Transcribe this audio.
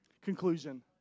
Conclusion